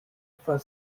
for